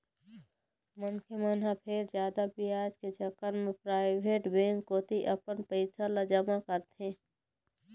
मनखे मन ह फेर जादा बियाज के चक्कर म पराइवेट बेंक कोती अपन पइसा ल जमा करथे